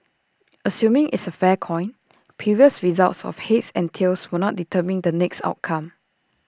assuming it's A fair coin previous results of heads and tails will not determine the next outcome